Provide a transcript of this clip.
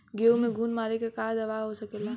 गेहूँ में घुन मारे के का दवा हो सकेला?